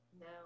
No